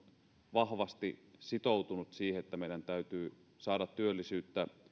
vahvasti sitoutunut siihen että meidän täytyy saada työllisyyttä